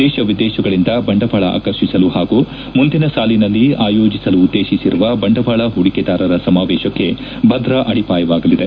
ದೇಶ ವಿದೇಶಗಳಿಂದ ಬಂಡವಾಳ ಆಕರ್ಷಿಸಲು ಹಾಗೂ ಮುಂದಿನ ಸಾಲಿನಲ್ಲಿ ಆಯೋಜಿಸಲು ಉದ್ದೇತಿಸಿರುವ ಬಂಡವಾಳ ಹೂಡಿಕೆದಾರರ ಸಮಾವೇಶಕ್ಕೆ ಭದ್ರ ಅಡಿಪಾಯವಾಗಲಿದೆ